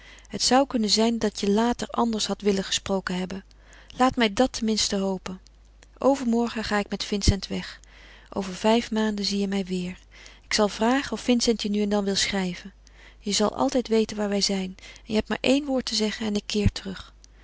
het zou kunnen zijn dat je later anders hadt willen gesproken hebben laat mij dat tenminste hopen overmorgen ga ik met vincent weg over vijf maanden zie je mij weêr ik zal vragen of vincent je nu en dan wil schrijven je zal altijd weten waar wij zijn en je hebt maar één woord te zeggen en ik keer terug